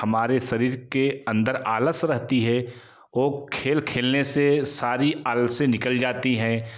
हमारे शरीर के अंदर आलस रहता है वो खेल खेलने से सारा आलस निकल जाता है